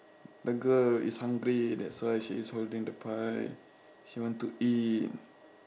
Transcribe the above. the girl is hungry that's why she is holding the pie she want to eat